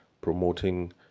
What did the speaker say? promoting